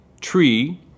tree